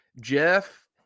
jeff